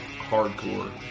Hardcore